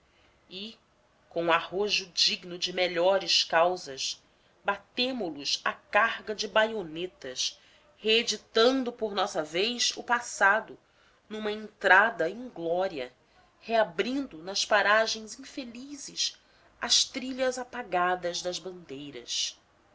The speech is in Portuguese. e com arrojo digno de melhores causas batemo los a cargas de baionetas reeditando por nossa vez o passado numa entrada inglória reabrindo nas paragens infelizes as trilhas apagadas das bandeiras